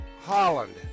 Holland